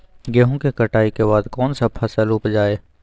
गेंहू के कटाई के बाद कौन सा फसल उप जाए?